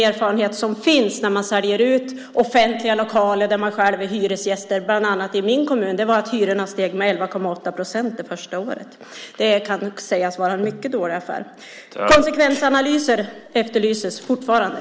Erfarenheter av när man säljer ut offentliga lokaler där man själv är hyresgäst är att hyrorna stiger - i min kommun med 11,8 procent första året. Det kan sägas vara en mycket dålig affär. Konsekvensanalyser efterlyses fortfarande.